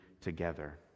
together